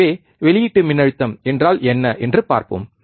எனவே வெளியீட்டு மின்னழுத்தம் என்றால் என்ன என்று பார்ப்போம்